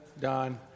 Don